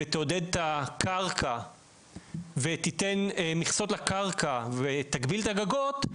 תעודד את הקרקע ותיתן מכסות לקרקע ותגביל את הגגות,